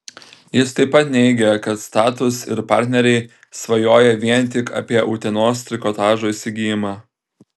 jis taip pat neigė kad status ir partneriai svajoja vien tik apie utenos trikotažo įsigijimą